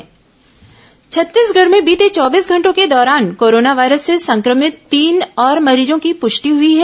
corona मरीज पृष्टि छत्तीसगढ़ में बीते चौबीस घंटों के दौरान कोरोना वायरस से संक्रमित तीन और मरीजों की पुष्टि हुई है